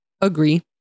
Agree